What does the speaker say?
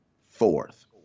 Fourth